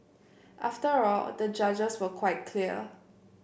after all the judges were quite clear